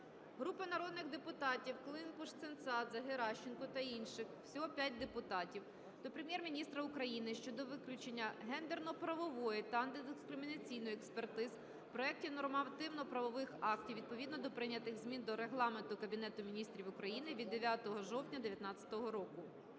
Групи народних депутатів (Климпуш-Цинцадзе, Геращенко та інших. Всього 5 депутатів) до Прем'єр-міністра України щодо виключення гендерно-правової та антидискримінаційної експертиз проектів нормативно-правових актів, відповідно до прийнятих змін до Регламенту Кабінету Міністрів України від 9 жовтня 2019 року.